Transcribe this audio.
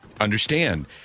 understand